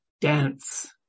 dance